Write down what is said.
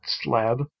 slab